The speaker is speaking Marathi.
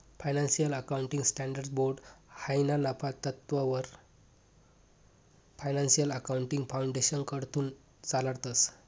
फायनान्शियल अकाउंटिंग स्टँडर्ड्स बोर्ड हायी ना नफा तत्ववर फायनान्शियल अकाउंटिंग फाउंडेशनकडथून चालाडतंस